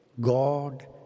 God